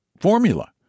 formula